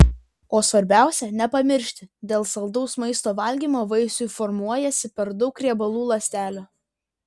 o svarbiausia nepamiršti dėl saldaus maisto valgymo vaisiui formuojasi per daug riebalų ląstelių